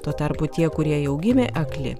tuo tarpu tie kurie jau gimė akli